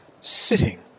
Sitting